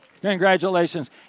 Congratulations